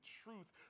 truth